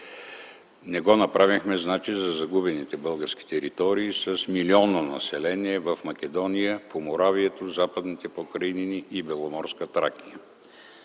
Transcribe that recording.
Не го направихме за загубените български територии с милионно население в Македония, Поморавието, Западните Покрайнини и Беломорска Тракия.